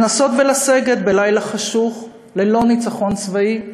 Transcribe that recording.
לנסות לסגת בלילה חשוך ללא ניצחון צבאי,